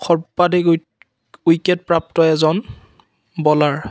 সৰ্বাধিক উইকেটপ্ৰাপ্ত এজন বলাৰ